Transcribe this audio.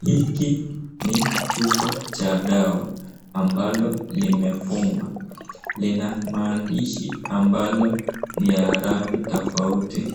Hiki ni chupa cha dawa ambalo limefungwa, lina maandishi ambalo ni ya rangi tofauti.